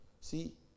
See